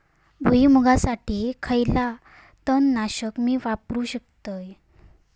भुईमुगासाठी खयला तण नाशक मी वापरू शकतय?